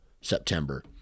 September